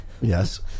Yes